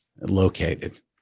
Located